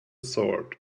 sword